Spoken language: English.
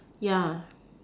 yeah